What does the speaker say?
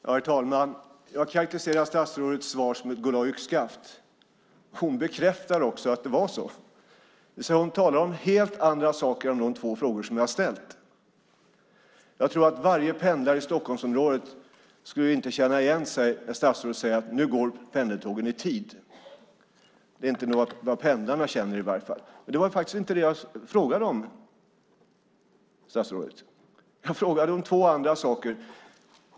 Herr talman! Jag karakteriserade statsrådets svar som "god dag yxskaft". Hon bekräftar också att det var så. Hon talar om helt andra saker än de två frågor som jag har ställt. Jag tror inte att någon pendlare i Stockholmsområdet känner igen sig när statsrådet säger att pendeltågen nu går i tid. Det är inte vad pendlarna känner. Det var inte det jag frågade om. Jag frågade två andra saker.